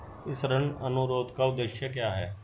इस ऋण अनुरोध का उद्देश्य क्या है?